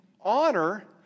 honor